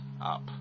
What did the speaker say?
up